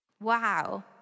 Wow